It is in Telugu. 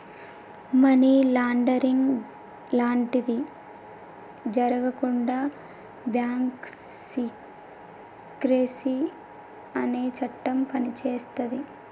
మనీ లాండరింగ్ లాంటివి జరగకుండా బ్యాంకు సీక్రెసీ అనే చట్టం పనిచేస్తది